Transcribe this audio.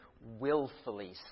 willfully